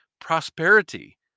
prosperity